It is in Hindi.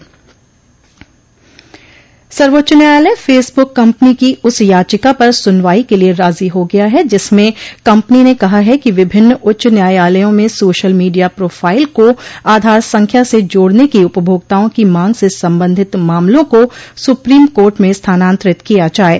सर्वोच्च न्यायालय फेस बुक कम्पनी की उस याचिका पर सुनवाई के लिए राजो हो गया है जिसम कपनी ने कहा है कि विभिन्न उच्च न्यायालयों में सोशल मीडिया प्रोफाइल को आधार संख्या से जोड़न की उपभोक्ताओं की मांग से संबंधित मामलों को सुप्रीम कोर्ट म स्थानान्तरित किया जाये